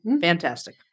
Fantastic